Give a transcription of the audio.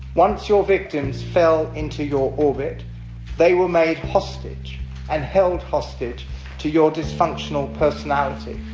once your victims fell into your orbit they were made hostage and held hostage to your dysfunctional personality.